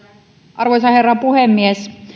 arvoisa herra puhemies